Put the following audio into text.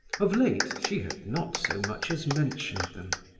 of late she had not so much as mentioned them.